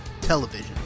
television